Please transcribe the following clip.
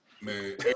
Man